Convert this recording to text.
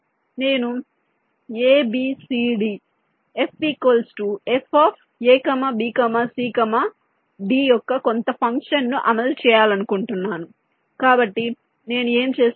నేను ABCD F f A B C D యొక్క కొంత ఫంక్షన్ను అమలు చేయాలనుకుంటున్నాను కాబట్టి నేను ఏమి చేస్తాను